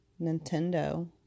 Nintendo